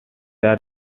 are